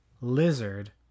lizard